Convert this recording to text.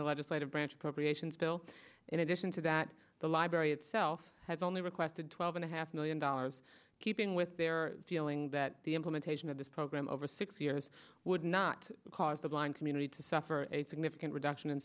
the legislative branch appropriations bill in addition to that the library itself has only requested twelve and a half million dollars keeping with their feeling that the implementation of this program over six years would not cause the blind community to suffer a significant reduction